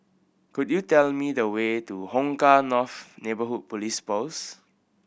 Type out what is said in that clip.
could you tell me the way to Hong Kah North Neighbourhood Police Post